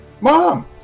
Mom